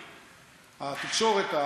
התקשורת,